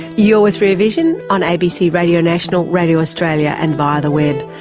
you're with rear vision on abc radio national, radio australia and via the web.